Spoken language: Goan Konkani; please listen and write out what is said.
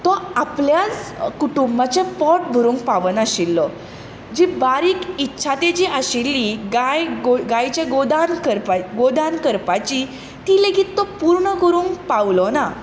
तो आपल्याच कुटुंबाचे पोट भरूंक पावनाशिल्लो जी बारीक इत्सा तेची आशिल्ली गाय गायेचें गोदान करपाची गोदान करपाची ती लेगीत तो पूर्ण करूंक पावलो ना